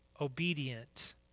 obedient